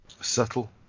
subtle